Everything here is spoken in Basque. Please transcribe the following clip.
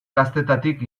gaztetatik